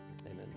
amen